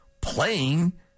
playing